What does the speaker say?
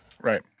Right